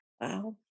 Wow